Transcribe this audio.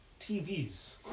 TVs